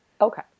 Okay